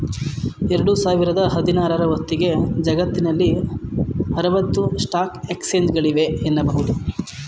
ಎರಡು ಸಾವಿರದ ಹದಿನಾರ ರ ಹೊತ್ತಿಗೆ ಜಗತ್ತಿನಲ್ಲಿ ಆರವತ್ತು ಸ್ಟಾಕ್ ಎಕ್ಸ್ಚೇಂಜ್ಗಳಿವೆ ಎನ್ನುಬಹುದು